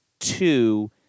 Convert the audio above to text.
Two